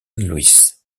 luis